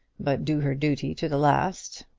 but do her duty to the last.